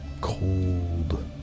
cold